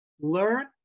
Learn